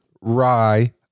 rye